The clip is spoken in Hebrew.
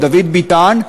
דוד ביטן,